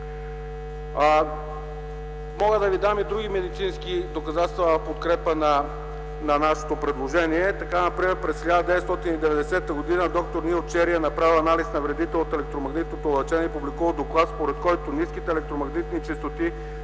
Мога да ви дам и други медицински доказателства в подкрепа на нашето предложение. Например – през 1990 г. д-р Нийл Чери е направил анализ на вредите от електромагнитното лъчение и публикувал доклад, според който ниските електромагнитни честоти